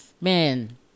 Man